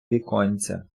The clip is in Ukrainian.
віконця